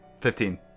Fifteen